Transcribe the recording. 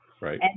Right